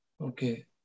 Okay